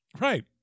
Right